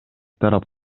тарап